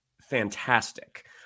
fantastic